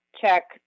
check